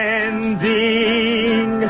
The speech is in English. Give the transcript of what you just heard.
ending